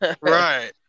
Right